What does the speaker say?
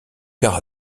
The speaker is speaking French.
car